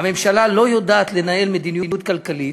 הממשלה לא יודעת לנהל מדיניות כלכלית,